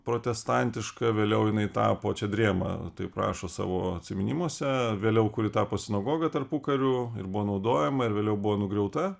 protestantiška vėliau jinai tapo čia drėma taip rašo savo atsiminimuose vėliau kuri tapo sinagoga tarpukariu ir buvo naudojama ir vėliau buvo nugriauta